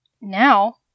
Now